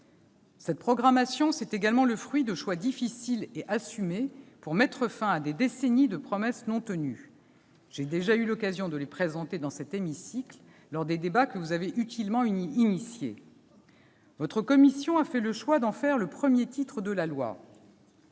Cette programmation, c'est également le fruit de choix difficiles et assumés pour mettre fin à des décennies de promesses non tenues ; j'ai déjà eu l'occasion de les présenter dans cet hémicycle lors des débats que vous avez utilement engagés. Votre commission a fait le choix d'en faire le premier titre de la loi.